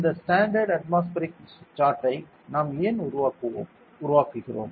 இந்த standard atmospheric chart ஐ நாம் ஏன் உருவாக்குகிறோம்